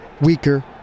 weaker